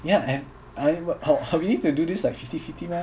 ya and I we need to do this like fifty fifty mah